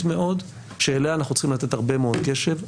מאוד שאליה אנחנו צריכים לתת הרבה מאוד קשב.